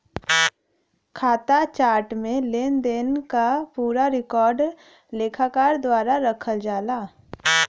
खाता चार्ट में लेनदेन क पूरा रिकॉर्ड लेखाकार द्वारा रखल जाला